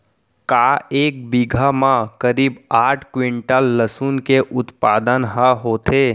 का एक बीघा म करीब आठ क्विंटल लहसुन के उत्पादन ह होथे?